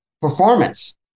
performance